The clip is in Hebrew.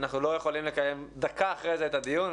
אנחנו לא יכולים לקיים דקה אחרי זה את הדיון.